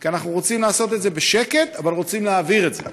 כי אנחנו רוצים לעשות את זה בשקט אבל רוצים להעביר את זה,